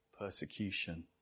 persecution